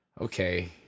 okay